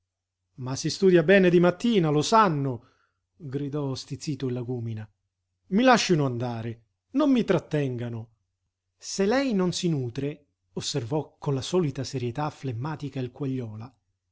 ma si studia bene di mattina lo sanno gridò stizzito il agúmina i lascino andare non mi trattengano se lei non si nutre osservò con la solita serietà flemmatica il